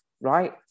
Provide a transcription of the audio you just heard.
right